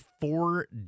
four